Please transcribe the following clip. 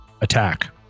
attack